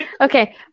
Okay